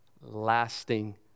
lasting